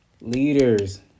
leaders